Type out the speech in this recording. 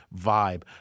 vibe